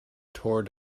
tore